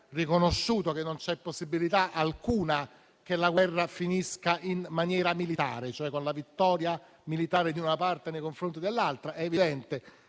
riconosciuto che non c'è possibilità alcuna che la guerra finisca in maniera militare, e cioè con la vittoria militare di una parte nei confronti dell'altra. È evidente